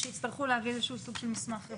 שיצטרכו להביא איזה שהוא סוג של מסמך רפואי.